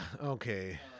Okay